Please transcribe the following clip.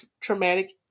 traumatic